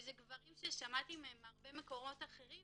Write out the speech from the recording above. ואלה גברים ששמעתי עליהם מהרבה מקומות אחרים